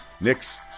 Knicks